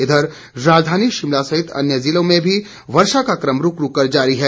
इधर राजधानी शिमला सहित अन्य जिलों में भी वर्षा का कम जारी है